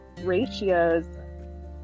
ratios